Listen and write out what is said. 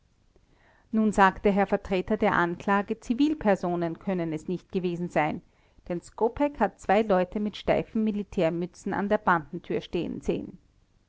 nun sagt der herr vertreter der anklage zivilpersonen können es nicht gewesen sein denn skopeck hat zwei leute mit steifen militärmützen an der bandentür stehen sehen